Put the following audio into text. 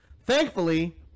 Thankfully